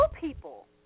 people